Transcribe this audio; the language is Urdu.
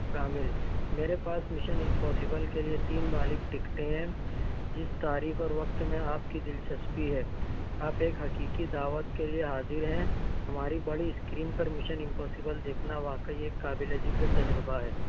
شامل میرے پاس مشن امپوسبل کے لئے تین بالغ ٹکٹیں ہیں جس تاریخ اور وقت میں آپ کی دلچسپی ہے آپ ایک حقیقی دعوت کے لئے حاضر ہیں ہماری بڑی اسکرین پر مشن امپوسبل دیکھنا واقعی ایک قابل ذکر تجربہ ہے